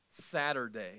Saturday